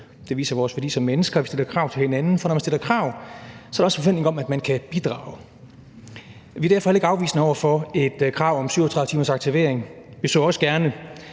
så vi som mennesker stiller krav til hinanden, for når man stiller krav, så er der også en forventning om, at man kan bidrage. Vi er derfor heller ikke afvisende over for et krav om 37 timers aktivering. Vi så også gerne,